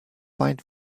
find